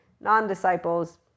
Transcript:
non-disciples